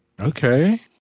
Okay